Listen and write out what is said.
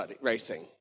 racing